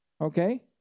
Okay